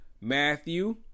Matthew